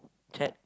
check